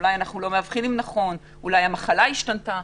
אולי אנחנו לא מאבחנים נכון, אולי המחלה השתנתה.